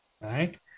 right